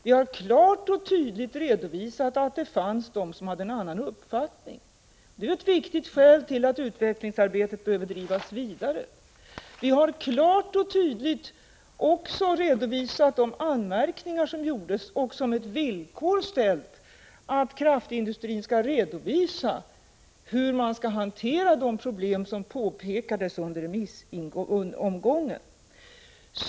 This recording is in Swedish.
Vi har klart och tydligt redovisat att det fanns de som hade en annan uppfattning. Det är ju ett viktigt skäl till att utvecklingsarbetet behöver drivas vidare. Vi har också klart och tydligt redovisat de anmärkningar som gjordes och ställt som ett villkor att kraftindustrin skall klargöra hur man skall hantera de problem som påpekades under remissomgången.